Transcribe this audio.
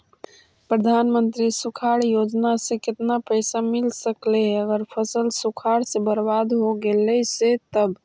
प्रधानमंत्री सुखाड़ योजना से केतना पैसा मिल सकले हे अगर फसल सुखाड़ से बर्बाद हो गेले से तब?